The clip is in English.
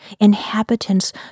inhabitants